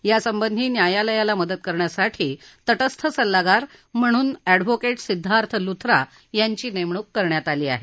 या संबंधी न्यायालयाला मदत करण्यासाठी तटस्थ सल्लागार म्हणून एडव्होकेट सिद्धार्थ लुथरा यांची नेमणूक करण्यात आली आहे